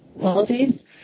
policies